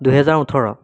দুহেজাৰ ওঠৰ